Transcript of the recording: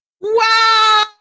Wow